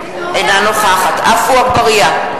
אינה נוכחת עפו אגבאריה,